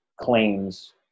claims